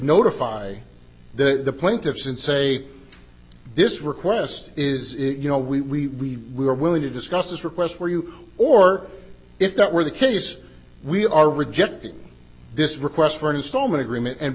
notify the plaintiffs and say this request is you know we we are willing to discuss this request for you or if that were the case we are rejecting this request for an installment agreement and